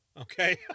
Okay